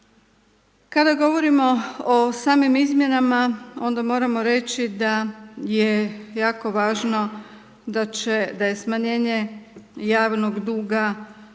Kada govorimo o samim izmjenama onda moramo reći da je jako važno da je smanjenje javnog duga se